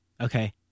Okay